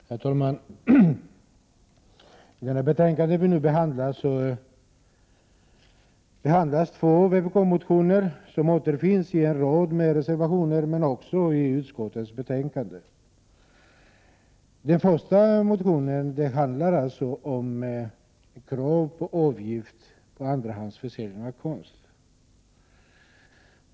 Herr talman! I det betänkande som vi nu debatterar behandlas två vpk-motioner som tas upp i en rad reservationer men också i utskottets betänkande. Den första motionen handlar om krav på avgift på andrahandsförsäljning av konst.